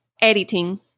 editing